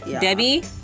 Debbie